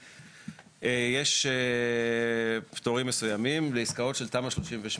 יש פטורים מסוימים לעסקאות של תמ"א 38,